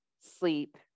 sleep